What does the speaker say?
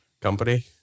company